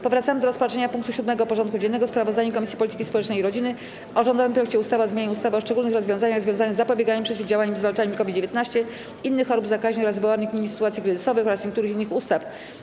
Powracamy do rozpatrzenia punktu 7. porządku dziennego: Sprawozdanie Komisji Polityki Społecznej i Rodziny o rządowym projekcie ustawy o zmianie ustawy o szczególnych rozwiązaniach związanych z zapobieganiem, przeciwdziałaniem i zwalczaniem COVID-19, innych chorób zakaźnych oraz wywołanych nimi sytuacji kryzysowych oraz niektórych innych ustaw.